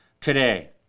today